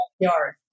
backyard